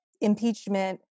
impeachment